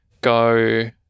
go